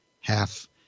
Half